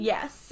Yes